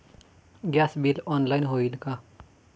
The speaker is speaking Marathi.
गॅस बिल ऑनलाइन होईल का?